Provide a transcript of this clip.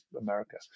America